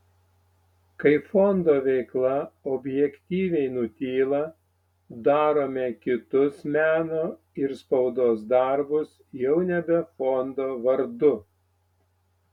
kai fondo veikla objektyviai nutyla darome kitus meno ir spaudos darbus jau nebe fondo vardu